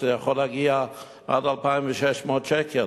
שזה יכול להגיע עד 2,600 שקל